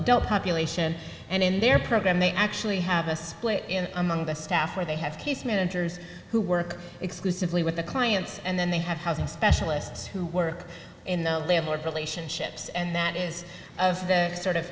adult population and in their program they actually have a split in among the staff where they have case managers who work exclusively with the clients and then they have housing specialists who work in the their board relationships and that is the sort of